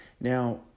Now